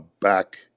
back